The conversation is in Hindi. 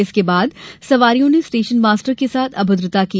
इसके बाद सवारियों ने स्टेशन मास्टर के साथ भी अभद्रता की